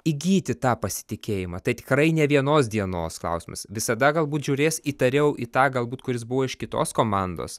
įgyti tą pasitikėjimą tai tikrai ne vienos dienos klausimas visada galbūt žiūrės įtariau į tą galbūt kuris buvo iš kitos komandos